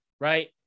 right